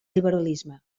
liberalisme